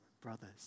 brothers